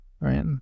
right